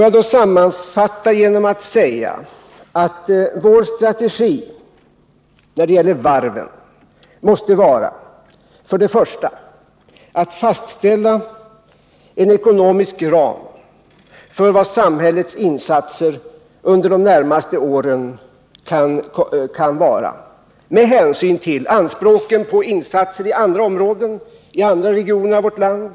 Jag vill sammanfatta genom att säga att vår strategi när det gäller varven för det första måste vara att fastställa en ekonomisk ram för samhällets insatser under de närmaste åren med hänsyn till anspråken på insatser i andra områden av vårt land.